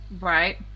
Right